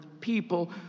people